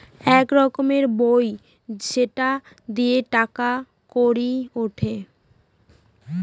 এক রকমের বই সেটা দিয়ে টাকা কড়ি উঠে